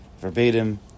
verbatim